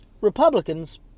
Republicans